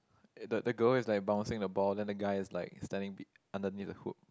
the the girl is like bouncing the ball then the guy is like standing be~ underneath the hook